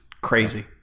crazy